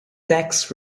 tex